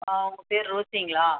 ஆ உங்கள் பேர் ரோஸிங்களா